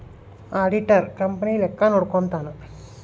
auditor company ಲೆಕ್ಕ ನೋಡ್ಕಂತಾನ್